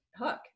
hook